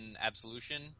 Absolution